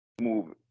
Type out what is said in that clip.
move